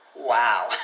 Wow